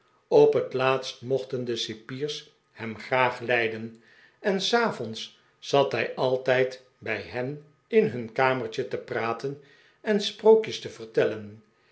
op het laatst mochten de cipiers hem graag lijden en s avonds zat hij altijd bij hen in hun kamer te praten en sprookjes te vertellen